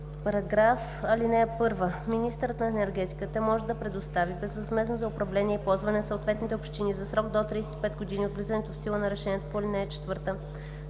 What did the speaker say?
следва: „§... (1) Министърът на енергетиката може да предостави безвъзмездно за управление и ползване на съответните общини за срок до 35 години от влизането в сила на решението по ал. 4